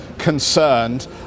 concerned